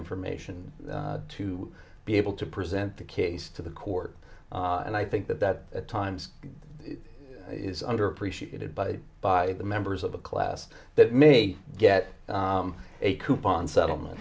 information to be able to present the case to the court and i think that that times is under appreciated by by the members of a class that may get a coupon settlement